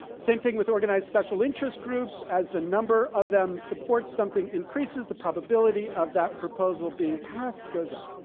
same thing with organized special interest groups. as the number of them support something increases, the probability of that proposal being passed, goes up.